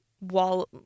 wall